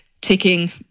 ticking